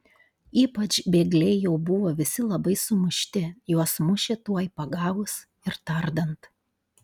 ypač bėgliai jau buvo visi labai sumušti juos mušė tuoj pagavus ir tardant